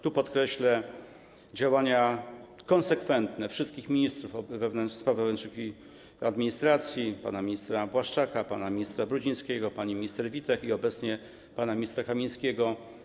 Tu podkreślę konsekwentne działania wszystkich ministrów spraw wewnętrznych i administracji: pana ministra Błaszczaka, pana ministra Brudzińskiego, pani minister Witek i obecnie pana ministra Kamińskiego.